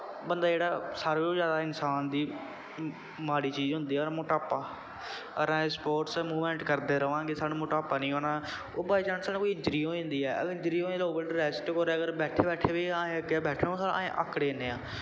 बंदा जेह्ड़े सारें कोला इंसान दी माड़ी चीज होंदी ऐ मोटापा अगर अस स्पोर्ट्स मूवमैंट करदे रवां गे साह्नू मोटापा निं होना ओह् बाई चांस कोई इंजरी हो जंदी ऐ अगर इंजरी हो जंदी ऐ ते रैस्ट करेआ करो बैठे बैठे बी केह् अस आकड़ी जन्नें आं